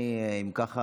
אם ככה,